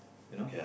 you know